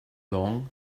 long